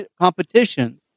competitions